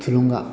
थुलुंगा